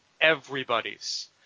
everybody's